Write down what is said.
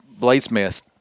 bladesmith